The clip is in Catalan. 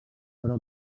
però